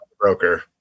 broker